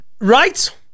Right